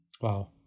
Wow